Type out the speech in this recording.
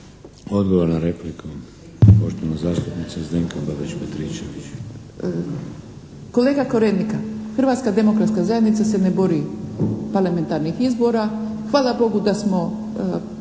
Odgovor na repliku poštovana zastupnica Zdenka Babić-Petričević. **Babić-Petričević, Zdenka (HDZ)** Kolega Korenika, Hrvatska demokratska zajednica se ne boji parlamentarnih izbora. Hvala Bogu da smo